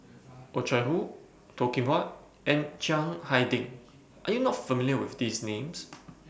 Oh Chai Hoo Toh Kim Hwa and Chiang Hai Ding Are YOU not familiar with These Names